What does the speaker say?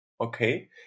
okay